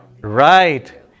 Right